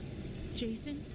Jason